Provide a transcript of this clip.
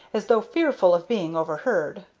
as though fearful of being overheard,